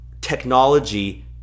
technology